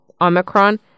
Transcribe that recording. Omicron